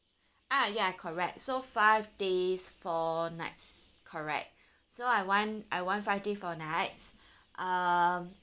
ah ya correct so five days four nights correct so I want I want five days four nights um